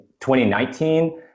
2019